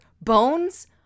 Bones